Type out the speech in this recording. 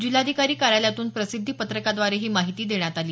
जिल्हाधिकारी कार्यालयातून प्रसिद्धी पत्रकाद्वारे ही माहिती देण्यात आली